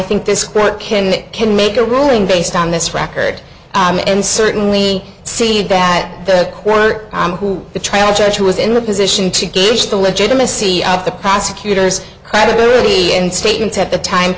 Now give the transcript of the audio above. think this court can it can make a ruling based on this record and certainly see that the work on who the trial judge who was in the position to gauge the legitimacy of the prosecutor's credibility and statements at the time